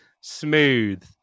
Smooth